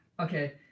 Okay